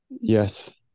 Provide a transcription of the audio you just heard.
Yes